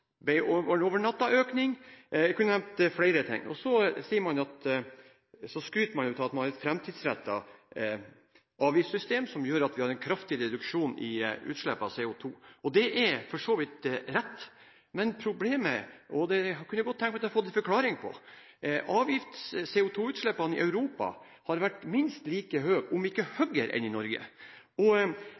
Man skryter av at man har et fremtidsrettet avgiftssystem som gjør at vi har en kraftig reduksjon i utslipp av CO2. Det er for så vidt rett, men – og det kunne jeg godt tenke meg å få en forklaring på – CO2-utslippene i Europa har vært minst like høye, om ikke høyere enn i Norge, og